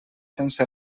sense